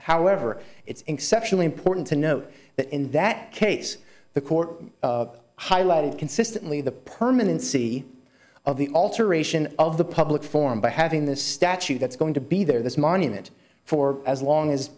however it's exceptionally important to note that in that case the court highlighted consistently the permanency of the alteration of the public form by having this statute that's going to be there this monument for as long as